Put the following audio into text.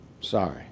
Sorry